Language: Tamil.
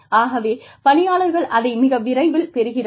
ஆகவே பணியாளர்கள் அதை மிக விரைவில் பெறுகிறார்கள்